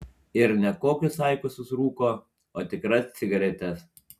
ir ne kokius aikosus rūko o tikras cigaretes